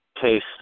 case